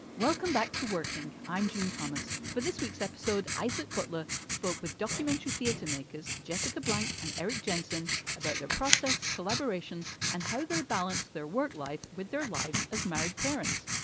welcome back to working. i'm june thomas for this week's episode. isaac butler spoke with documentary theater makers jessica blank and erik jensen about the process, collaboration and how they balance their work life with their lives as married parents.